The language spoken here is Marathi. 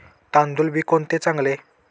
तांदूळ बी कोणते चांगले?